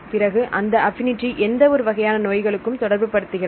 பிறகு இந்த ஆப்பினிடி எந்த ஒரு வகையான நோய்களுக்கும் தொடர்பு படுத்துகிறது